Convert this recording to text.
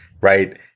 right